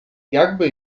jakby